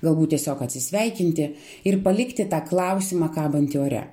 galbūt tiesiog atsisveikinti ir palikti tą klausimą kabantį ore